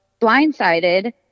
blindsided